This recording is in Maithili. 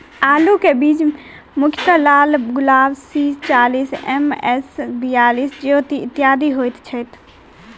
आलु केँ बीज मुख्यतः लालगुलाब, सी चालीस, एम.एस बयालिस, ज्योति, इत्यादि होए छैथ?